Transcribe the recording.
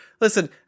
Listen